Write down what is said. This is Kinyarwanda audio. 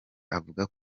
avuga